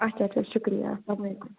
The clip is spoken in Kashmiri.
اَچھا اَچھا شُکریہ اسَلام علیکُم